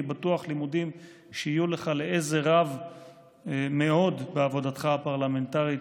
אני בטוח שהלימודים יהיו לך לעזר רב מאוד בעבודתך הפרלמנטרית.